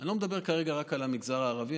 אני לא מדבר כרגע רק על המגזר הערבי,